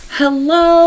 hello